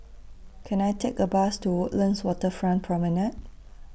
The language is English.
Can I Take A Bus to Woodlands Waterfront Promenade